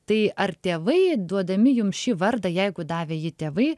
tai ar tėvai duodami jum šį vardą jeigu davė jį tėvai